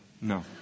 No